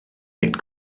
ein